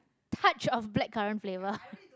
with a touch of blackcurrant flavour